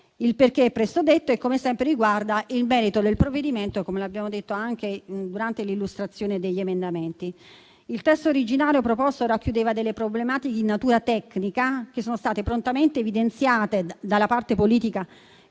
sono presto detti e, come sempre, riguardano il merito del provvedimento, come abbiamo detto anche durante l'illustrazione degli emendamenti. Il testo originario proposto racchiudeva delle problematiche di natura tecnica, che sono state prontamente evidenziate dalla parte politica